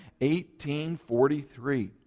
1843